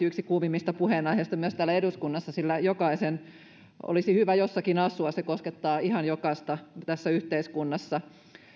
yksi kuumimmista puheenaiheista myös täällä eduskunnassa sillä jokaisen olisi hyvä jossakin asua se koskettaa ihan jokaista tässä yhteiskunnassa